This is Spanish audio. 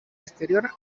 exterior